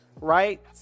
right